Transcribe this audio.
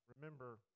remember